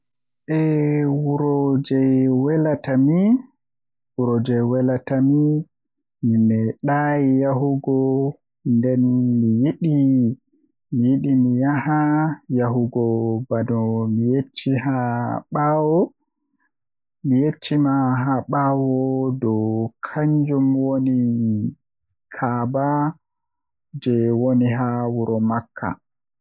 Eh wuro jei welatami mi mimedai yahugo nden mi yidi yahugo bano mi yecci haa baawo kanjum woni kaaba woni haa wuro makka.